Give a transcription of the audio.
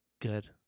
good